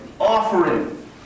offering